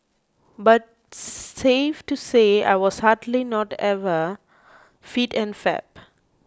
but safe to say I was hardly not ever fit and fab